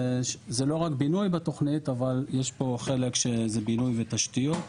זה לא רק בינוי בתוכנית אבל יש פה חלק שזה בינוי ותשתיות.